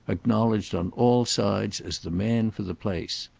acknowledged on all sides as the man for the place.